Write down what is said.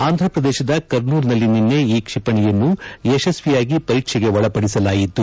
ಆಂಧ್ರಪ್ರದೇಶದ ಕರ್ನೂಲ್ನಲ್ಲಿ ನಿನ್ನೆ ಈ ಕ್ಷಿಪಣಿಯನ್ನು ಯಶಸ್ವಿಯಾಗಿ ಪರೀಕ್ಷೆಗೆ ಒಳಪದಿಸಲಾಯಿತು